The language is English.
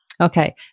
Okay